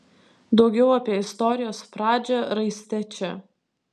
daugiau apie istorijos pradžią raiste čia